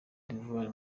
d’ivoire